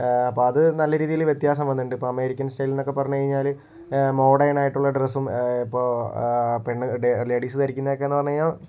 അപ്പോൾ അത് നല്ല രീതിയിൽ വ്യത്യാസം വന്നിട്ടുണ്ട് ഇപ്പോൾ അമേരിക്കൻ സ്റ്റൈൽ എന്നൊക്കെ പറഞ്ഞു കഴിഞ്ഞാല് മോഡേൺ ആയിട്ടുള്ള ഡ്രസ്സും ഇപ്പോൾ പെണ്ണ് ലേഡീസ് ധരിക്കുന്ന ഒക്കെ എന്ന് പറഞ്ഞു കഴിഞ്ഞാൽ